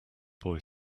boy